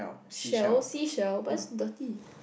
shells seashells but it's dirty